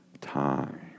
time